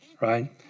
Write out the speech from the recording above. right